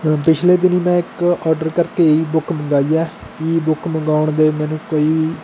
ਪਿਛਲੇ ਦਿਨੀਂ ਮੈਂ ਇੱਕ ਔਡਰ ਕਰਕੇ ਈ ਬੁੱਕ ਮੰਗਵਾਈ ਹੈ ਈ ਬੁੱਕ ਮੰਗਵਾਉਣ ਦੇ ਮੈਨੂੰ ਕੋਈ ਵੀ